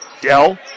Dell